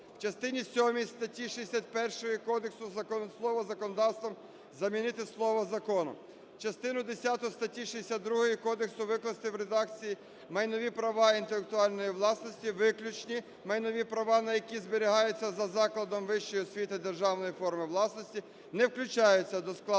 В частині сьомій статті 61 кодексу слово "законодавством" замінити слово "законом". Частину десяту статті 62 кодексу викласти в редакції: "Майнові права інтелектуальної власності, виключні майнові права на які зберігаються за закладом вищої освіти державної форми власності, не включаються до складу